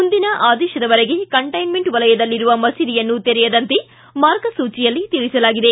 ಮುಂದಿನ ಆದೇಶದವರೆಗೆ ಕಂಟೈನ್ಮೆಂಟ್ ವಲಯದಲ್ಲಿರುವ ಮಸೀದಿಯನ್ನು ತೆರೆಯದಂತೆ ಮಾರ್ಗಸೂಚಿಯಲ್ಲಿ ಸೂಚಿಸಲಾಗಿದೆ